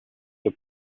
the